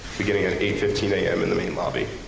beginning at eight fifteen am in the main lobby.